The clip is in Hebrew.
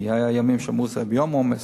כי היו ימים שהיה ביום עומס.